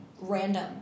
random